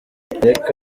ariko